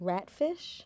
Ratfish